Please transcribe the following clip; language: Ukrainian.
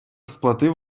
сплатив